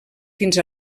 fins